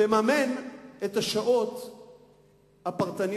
תממן את השעות הפרטניות,